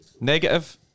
negative